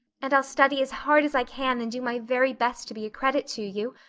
and i'll study as hard as i can and do my very best to be a credit to you.